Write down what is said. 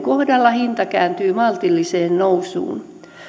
kohdalla hinta kääntyy maltilliseen nousuun